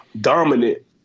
Dominant